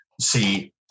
See